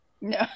No